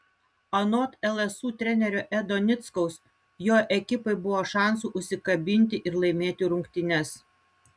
anot lsu trenerio edo nickaus jo ekipai buvo šansų užsikabinti ir laimėti rungtynes